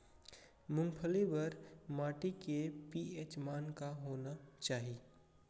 मूंगफली बर माटी के पी.एच मान का होना चाही?